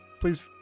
please